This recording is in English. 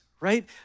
right